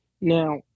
Now